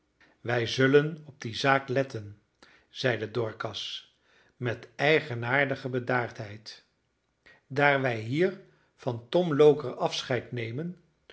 wij zullen op die zaak letten zeide dorcas met eigenaardige bedaardheid daar wij hier van tom loker afscheid nemen